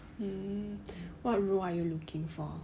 um what role are you looking for